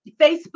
Facebook